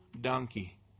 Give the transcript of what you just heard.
donkey